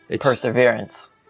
Perseverance